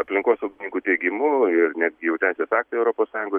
aplinkosaugininkų teigimu ir netgi jau ten situacija europos sąjungos